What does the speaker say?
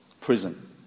prison